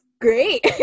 great